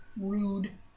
Rude